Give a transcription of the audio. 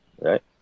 Right